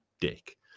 dick